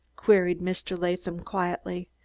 queried mr. latham quietly.